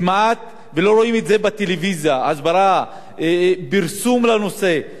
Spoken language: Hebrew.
פרסום לנושא, להסביר לאזרח שאסור לפגוע.